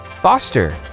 foster